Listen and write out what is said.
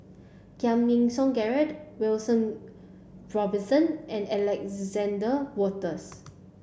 Giam Yean Song Gerald William Robinson and Alexander Wolters